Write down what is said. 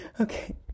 Okay